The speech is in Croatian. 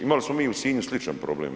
Imali smo mi u Sinju sličan problem.